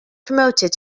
promoted